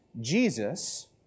Jesus